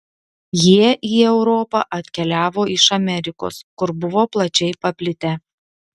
jie į europą atkeliavo iš amerikos kur buvo plačiai paplitę